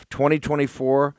2024